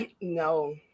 No